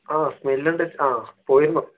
ആ സ്മെല്ലിണ്ട് ആ പോയിരുന്നു